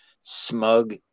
smug